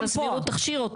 עילת הסבירות תכשיר אותו.